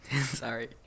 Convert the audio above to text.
Sorry